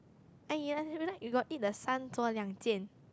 eh i realise you got eat the 三盅两件